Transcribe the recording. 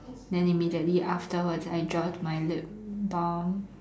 then immediately afterwards I dropped my lip balm